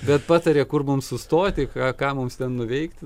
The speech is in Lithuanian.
bet patarė kur mums sustoti ką ką mums ten nuveikt